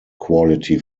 quality